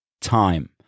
Time